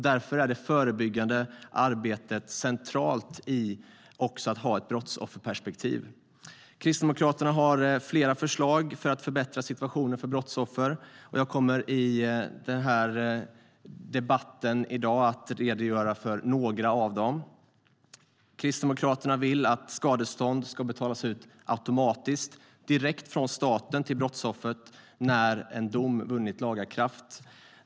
Därför är det förebyggande arbetet centralt också i ett brottsofferperspektiv. Kristdemokraterna har flera förslag för att förbättra situationen för brottsoffer, och jag kommer i debatten i dag att redogöra för några av dem. Kristdemokraterna vill att skadestånd ska betalas ut automatiskt, direkt från staten till brottsoffret, när en dom vunnit laga kraft.